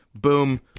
Boom